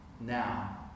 now